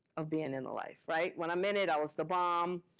of being in the life, right? when i'm in it, i was the bomb.